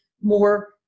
more –